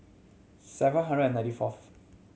seven hundred and ninety fourth